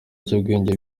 ibyangombwa